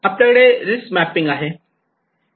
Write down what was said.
आपल्याकडे risk mapping आहे